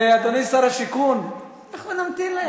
אדוני שר השיכון, אנחנו נמתין להם.